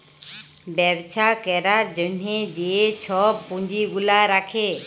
ব্যবছা ক্যরার জ্যনহে যে ছব পুঁজি গুলা রাখে